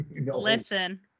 listen